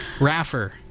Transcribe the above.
Raffer